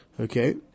Okay